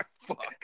fuck